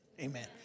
Amen